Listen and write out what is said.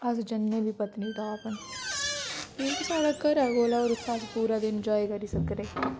अस जन्ने बी पत्नीटाप न की कि साढ़ै घरे कोल ऐ ते उथें अस पूरा दिन इन्जाए करी सकने